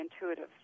intuitive